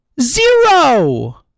zero